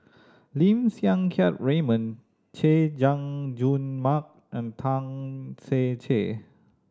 Lim Siang Keat Raymond Chay Jung Jun Mark and Tan Ser Cher